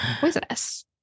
poisonous